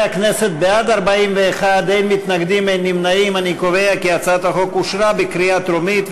התשע"ד 2014, לדיון מוקדם בוועדת החוקה,